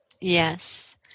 Yes